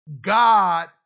God